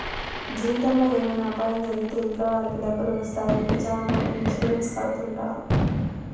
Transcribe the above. జీవితంలో ఏమైనా అపాయం జరిగితే ఇంట్లో వాళ్ళకి డబ్బులు వస్తాయి అని చాలామంది ఇన్సూరెన్స్ కడుతుంటారు